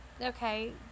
okay